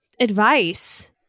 advice